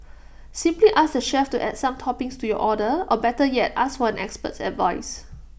simply ask the chef to add some toppings to your order or better yet ask for an expert's advice